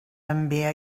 també